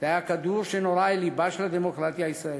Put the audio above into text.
זה היה כדור שנורה אל לבה של הדמוקרטיה הישראלית.